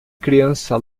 criança